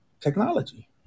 technology